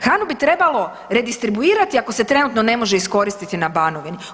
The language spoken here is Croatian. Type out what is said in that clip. Hranu bi trebalo redistribuirati ako se trenutno ne može iskoristiti na Banovini.